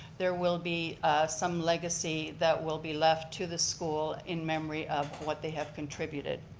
there will be some legacy that will be left to the school in memory of what they have contributed.